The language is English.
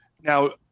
Now